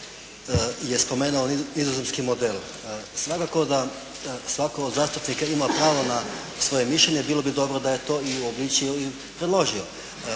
je spomenuo nizozemski model. Svakako da svatko od zastupnika ima pravo na svoje mišljenje, bilo bi dobro da je to i uobličio i predložio.